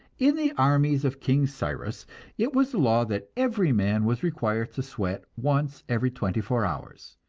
in the armies of king cyrus it was the law that every man was required to sweat once every twenty-four hours,